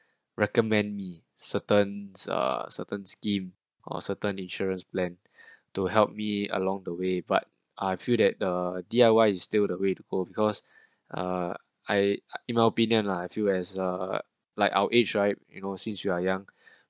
recommend me certain uh certain scheme or certain insurance plan to help me along the way but I feel that the D_I_Y is still the way to go because uh I I in my opinion lah I feel as uh like our age right you know since you are young